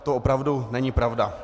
To opravdu není pravda.